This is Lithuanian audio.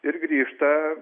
ir grįžta